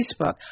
Facebook